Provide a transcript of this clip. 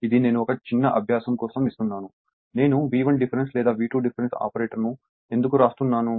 ఇది నేను ఒక చిన్న అభ్యాసం ఇస్తున్నాను నేను V1 డిఫరెన్స్ లేదా V2 డిఫరెన్స్ ఆపరేటర్ ను ఎందుకు వ్రాస్తున్నాను